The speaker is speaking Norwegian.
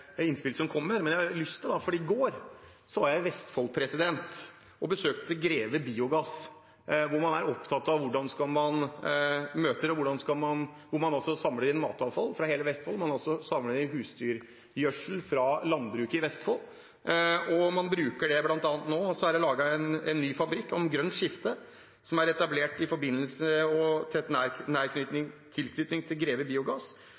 besøkte Greve Biogass, hvor man er opptatt av hvordan man skal møte dette. Der samler man inn matavfall fra hele Vestfold, og man samler inn husdyrgjødsel fra landbruket i Vestfold og bruker det. Blant annet er det nå laget en ny fabrikk, Grønt Skifte, som er etablert i forbindelse med og i nær tilknytning til Greve Biogass.